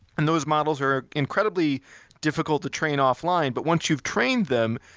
and those models are incredibly difficult to train offline, but once you've trained them,